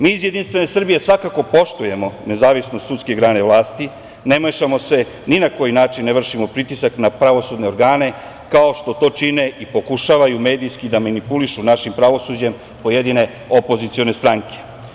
Mi iz Jedinstvene Srbije, svakako poštujemo nezavisnost sudske grane vlasti, ne mešamo se ni na koji način ne vršimo pritisak na pravosudne organe, kao što to čine i pokušavaju medijski da manipulišu našim pravosuđem pojedine opozicione stranke.